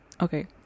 okay